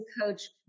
coach